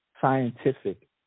scientific